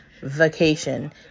vacation